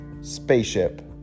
spaceship